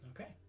Okay